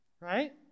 Right